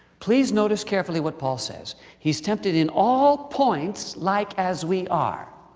please notice carefully what paul says. he's tempted in all points, like as we are.